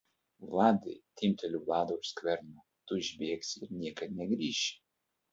vladai timpteliu vladą už skverno tu išbėgsi ir niekad negrįši